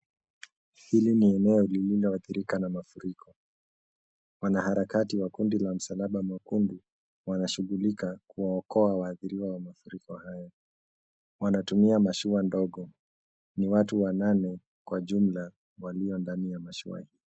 Hili ni eneo lililoathirika na mafuriko. Wanaharakati wa kundi la Msalaba Mwekundu wanashughulika kuwaokoa waathiriwa wa mafuriko haya. Wanatumia mashua ndogo. Ni watu wanane kwa jumla walio ndani ya mashua hii.